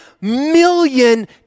million